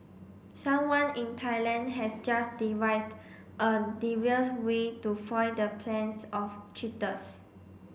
someone in Thailand has just devised a devious way to foil the plans of cheaters